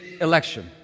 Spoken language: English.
election